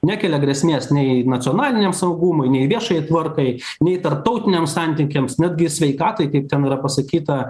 nekelia grėsmės nei nacionaliniam saugumui nei viešajai tvarkai nei tarptautiniams santykiams netgi sveikatai kaip ten yra pasakyta